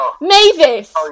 Mavis